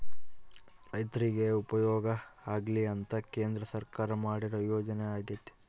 ರೈರ್ತಿಗೆ ಉಪಯೋಗ ಆಗ್ಲಿ ಅಂತ ಕೇಂದ್ರ ಸರ್ಕಾರ ಮಾಡಿರೊ ಯೋಜನೆ ಅಗ್ಯತೆ